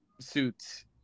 suits